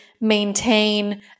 maintain